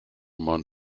man